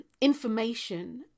information